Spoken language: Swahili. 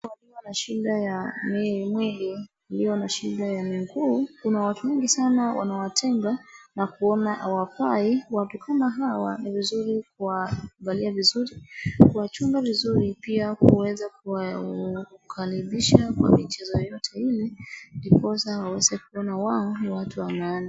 Walio na shida ya mwili, walio na shida ya miguu kuna watu wengi sana wanawatenga na kuona hawafai. Watu kama hawa ni vizuri kuwaangalia vizuri, kuwachunga vizuri pia kuweza kuwakaribisha kwa michezo yoyote ile. Ndiposa waweze kuona wao ni watu wa maana.